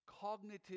cognitive